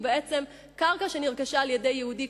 הוא בעצם קרקע שנרכשה על-ידי יהודי,